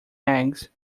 eggs